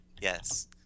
Yes